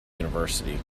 university